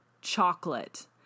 chocolate